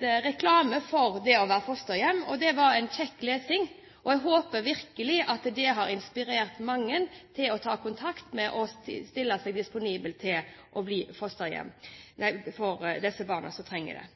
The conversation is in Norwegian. reklame for det å være fosterhjem. Det var kjekk lesning, og jeg håper virkelig at det har inspirert mange til å ta kontakt og stille seg disponible for de barna som trenger det.